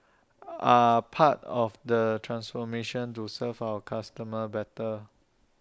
are part of the transformation to serve our customers better